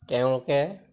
তেওঁলোকে